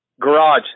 Garage